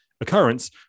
occurrence